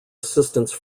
assistance